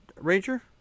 Ranger